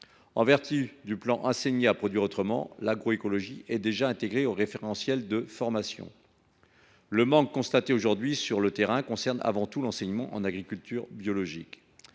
En vertu du plan Enseigner à produire autrement, l’agroécologie est déjà intégrée aux référentiels de formation. Le manque constaté aujourd’hui sur le terrain concerne avant tout l’enseignement en agriculture biologique,